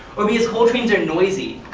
or because coal trains are noisy,